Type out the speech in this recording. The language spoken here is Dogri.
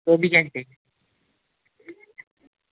चौबी घैंटे